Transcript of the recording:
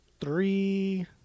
three